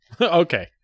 Okay